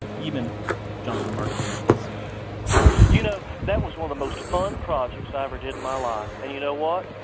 even john's remarkable maze you know, that was one of the most fun projects i ever did in my life. and you know what,